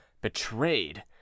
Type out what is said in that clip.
betrayed